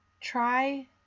try